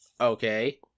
Okay